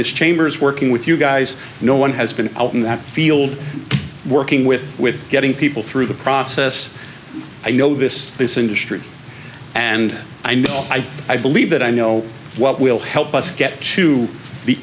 this chamber is working with you guys no one has been out in that field working with with getting people through the process i know this this industry and i mean i i believe that i know what will help us get to the